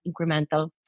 incremental